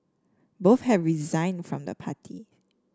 both have resigned from the party